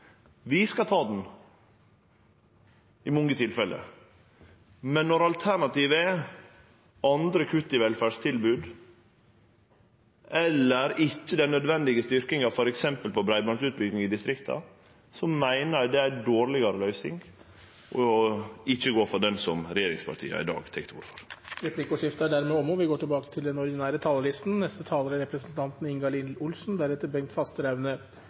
Vi skal ta kostnaden i mange tilfelle, men når alternativet er andre kutt i velferdstilbod eller ikkje den nødvendige styrkinga av f.eks. breibandsutbygging i distrikta, meiner eg det er ei dårlegare løysing ikkje å gå for det som regjeringspartia i dag tek til orde for. Replikkordskiftet er dermed omme. De talere som heretter får ordet, har en taletid på inntil 3 minutter. Verden endres, våre vaner endres, og vi registrerer det knyttet til at brevmengden går